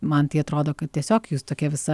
man tai atrodo kad tiesiog jūs tokia visa